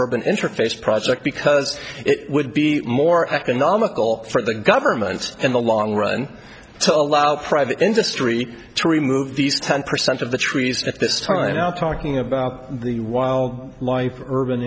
urban interface project because it would be more economical for the government in the long run to allow private industry to remove these ten percent of the trees at this time now talking about the wild life urban